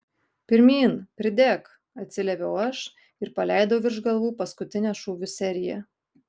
pirmyn pridek atsiliepiau aš ir paleidau virš galvų paskutinę šūvių seriją